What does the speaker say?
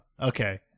okay